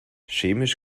chemisch